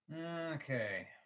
okay